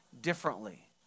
differently